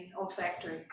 olfactory